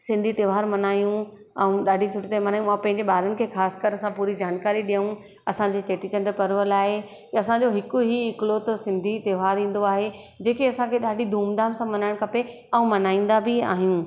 सिंधी तहिंवार मल्हायूं ऐं ॾाढी सुठी तरह मल्हायूं मां पंहिंजे ॿारनि खे ख़ासि कर असां पूरी जानकारी ॾियूं असांजी चेटीचंड पर्व लाइ असांजो हिक ई इकलौतो सिंधी तहिंवारु ईंदो आहे जेके असांखे ॾाढी धूमधाम सां मल्हाइणु खपे ऐं मल्हाईंदा बि आहियूं